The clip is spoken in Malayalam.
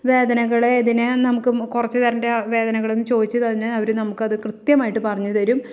വേദനകൾ ഏതിന് നമുക്ക് കുറച്ച് തരേണ്ട വേദനകളെന്ന് ചോദിച്ച് തന്നേ അവർ നമുക്ക് അത് കൃത്യമായിട്ട് പറഞ്ഞ് തരും